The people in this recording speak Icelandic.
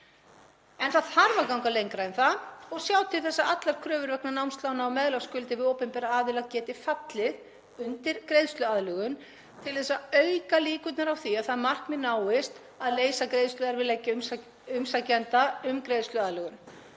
En það þarf að ganga lengra en það og sjá til þess að allar kröfur vegna námslána og meðlagsskuldir við opinbera aðila geti fallið undir greiðsluaðlögun til að auka líkurnar á því að það markmið náist að leysa greiðsluerfiðleika umsækjenda um greiðsluaðlögun.